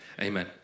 Amen